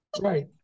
Right